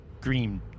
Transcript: green